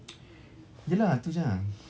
ya lah tu jer ah